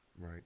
Right